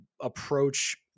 approach